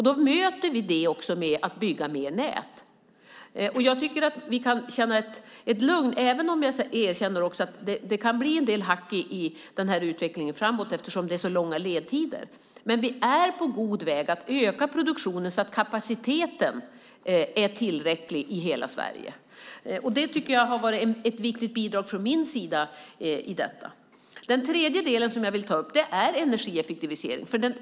Vi möter det med att bygga mer nät. Jag erkänner att det kan bli en del hack i den här utvecklingen framåt eftersom det är så långa ledtider, men vi är på god väg att öka produktionen så att kapaciteten är tillräcklig i hela Sverige. Det tycker jag har varit ett viktigt bidrag från min sida i detta. Den tredje delen som jag vill ta upp är energieffektivisering.